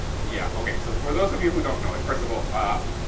yeah. okay. so, for those of you who don't know it, first of all, ah